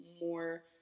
more